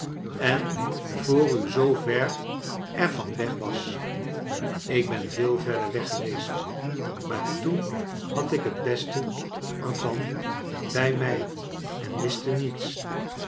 en voor u zoo ver er van weg was ik ben veel verder weg geweest maar toen had ik het beste er van bij mij en miste niets